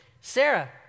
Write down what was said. Sarah